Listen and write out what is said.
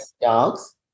dogs